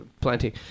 plenty